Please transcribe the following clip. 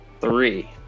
Three